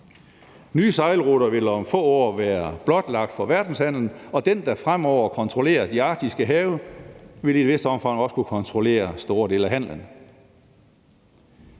Nye sejlruter vil om få år være blotlagt for verdenshandelen, og den, der fremover kontrollerer de arktiske have, vil i et vist omfang også kunne kontrollere store dele af handelen.